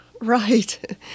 Right